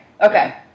Okay